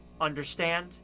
Understand